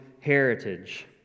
heritage